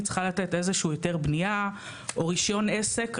צריכה לתת איזה שהוא היתר בנייה או רישיון עסק,